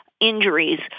injuries